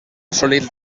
assolit